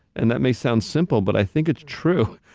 and that may sound simple, but i think it's true,